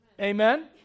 Amen